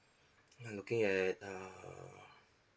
I'm looking at uh